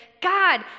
God